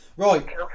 Right